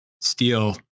steel